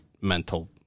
mental